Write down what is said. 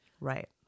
Right